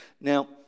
Now